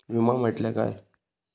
विमा म्हटल्या काय?